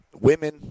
women